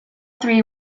three